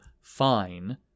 fine